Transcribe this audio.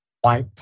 white